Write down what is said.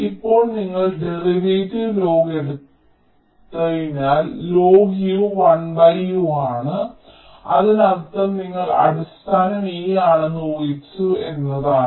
ഇപ്പോൾ നിങ്ങൾ derivative log എടുത്തതിനാൽ logU 1U ആണ് അതിനർത്ഥം നിങ്ങൾ അടിസ്ഥാനം e ആണെന്ന് ഊഹിച്ചു എന്നാണ്